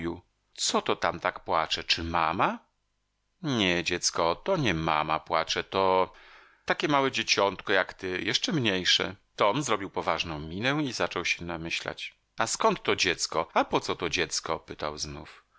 co to tam tak płacze czy mama nie dziecko to nie mama płacze to takie małe dzieciątko jak ty jeszcze mniejsze tom zrobił poważną minę i zaczął się namyślać a skąd to dziecko a po co to dziecko pytał znów